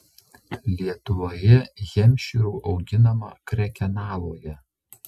lietuvoje hempšyrų auginama krekenavoje